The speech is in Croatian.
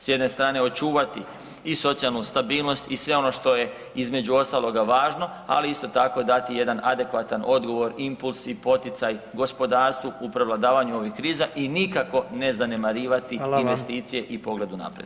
S jedne strane očuvati i socijalnu stabilnost i sve ono što je između ostaloga važno, ali isto tako dati jedan adekvatan odgovor, impuls i poticaj gospodarstvu u prevladavanju ovih kriza i nikako ne zanemarivati [[Upadica: Hvala vam.]] investicije i pogled unaprijed.